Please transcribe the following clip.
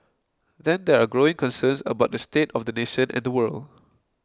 then there are growing concerns about the state of the nation and the world